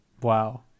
Wow